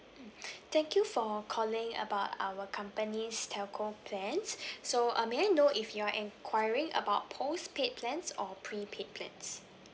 thank you for calling about our company's telco plans so uh may I know if you're enquiring about postpaid plans or prepaid plans